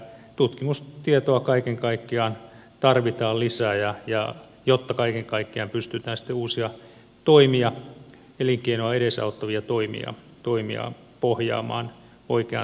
tutkimustietoa kaiken kaikkiaan tarvitaan lisää jotta pystytään sitten uusia elinkeinoa edesauttavia toimia pohjaamaan oikeaan tutkimustulokseen